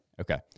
okay